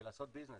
בלעשות ביזנס.